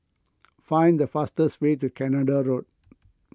find the fastest way to Canada Road